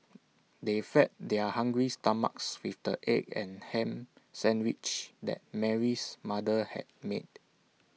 they fed their hungry stomachs with the egg and Ham Sandwiches that Mary's mother had made